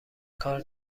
کار